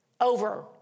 over